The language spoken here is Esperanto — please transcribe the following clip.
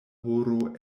horo